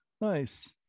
Nice